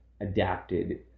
adapted